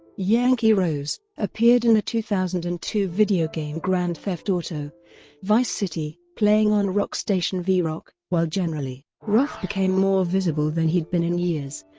yankee rose appeared in the two thousand and two videogame grand theft auto vice city, playing on rock station v-rock, while generally, roth became more visible than he'd been in years,